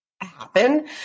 happen